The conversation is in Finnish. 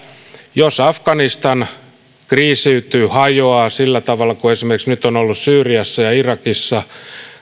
jos afganistan kriisiytyy hajoaa sillä tavalla kuin esimerkiksi nyt on käynyt syyriassa ja irakissa